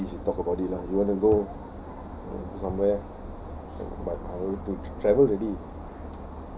after this we talk about it lah you want to go somewhere but I want to travel already